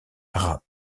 rap